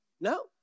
No